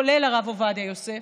כולל הרב עובדיה יוסף,